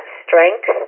strength